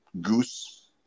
goose